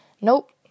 Nope